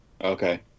Okay